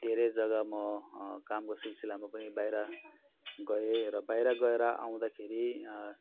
धेरै जग्गा म कामको सिलसिलामा पनि बाहिर गएँ र बाहिर गएर आउँदाखेरि